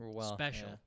special